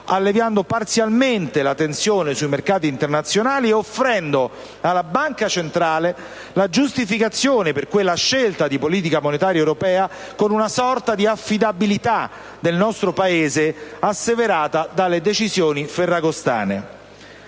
alleviando parzialmente la tensione sui mercati internazionali ed offrendo alla Banca centrale la giustificazione per quella scelta di politica monetaria europea con una sorta di affidabilità del nostro Paese asseverata dalle decisioni ferragostane.